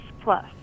Plus